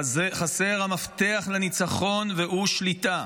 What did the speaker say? חסר המפתח לניצחון, והוא שליטה.